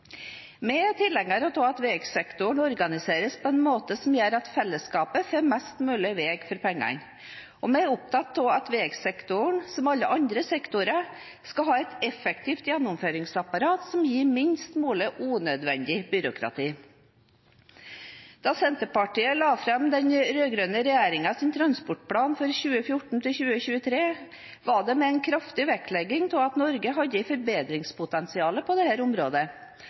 tilhengere av at veisektoren organiseres på en måte som gjør at fellesskapet får mest mulig vei for pengene, og vi er opptatt av at veisektoren – som alle andre sektorer – skal ha et effektivt gjennomføringsapparat som gir minst mulig unødvendig byråkrati. Da Senterpartiet la fram den rød-grønne regjeringens transportplan for 2014–2023, var det med en kraftig vektlegging av at Norge hadde et forbedringspotensial på dette området, og med konkrete forslag til hvordan det